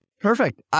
Perfect